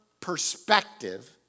perspective